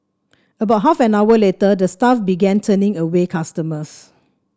about half an hour later the staff began turning away customers